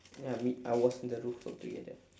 ya me I was in the roof top together